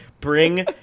Bring